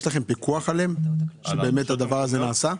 יש פיקוח שלכם שהדבר הזה נעשה?